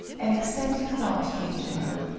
an ecstatic thought came to her.